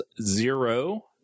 zero